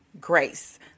grace